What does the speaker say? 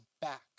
back